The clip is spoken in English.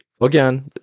Again